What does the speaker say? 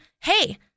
hey